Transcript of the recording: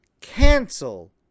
cancel